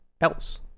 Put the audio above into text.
else